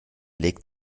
legt